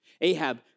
Ahab